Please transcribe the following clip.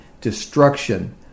destruction